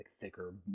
thicker